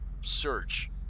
search